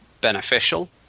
beneficial